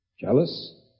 jealous